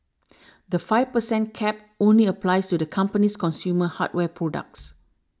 the five per cent cap only applies to the company's consumer hardware products